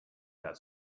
that